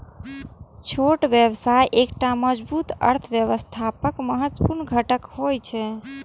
छोट व्यवसाय एकटा मजबूत अर्थव्यवस्थाक महत्वपूर्ण घटक होइ छै